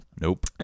Nope